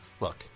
Look